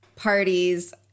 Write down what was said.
Parties